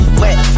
wet